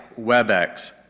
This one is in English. WebEx